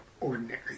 ordinary